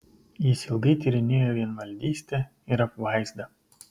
jis ilgai tyrinėjo vienvaldystę ir apvaizdą